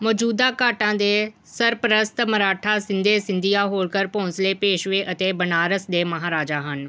ਮੌਜੂਦਾ ਘਾਟਾਂ ਦੇ ਸਰਪ੍ਰਸਤ ਮਰਾਠਾ ਸਿੰਦੇ ਸਿੰਧੀਆ ਹੋਲਕਰ ਭੋਂਸਲੇ ਪੇਸ਼ਵੇ ਅਤੇ ਬਨਾਰਸ ਦੇ ਮਹਾਰਾਜਾ ਹਨ